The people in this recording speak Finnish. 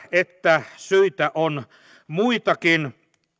että syitä on muitakin